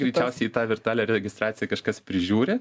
greičiausiai tą virtualią registraciją kažkas prižiūri